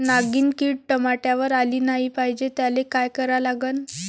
नागिन किड टमाट्यावर आली नाही पाहिजे त्याले काय करा लागन?